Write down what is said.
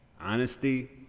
Honesty